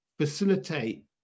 facilitate